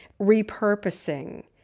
repurposing